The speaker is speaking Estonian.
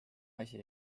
asi